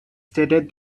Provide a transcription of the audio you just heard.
stated